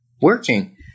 working